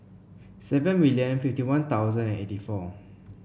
seven million fifty One Thousand eighty four